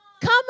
come